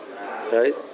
right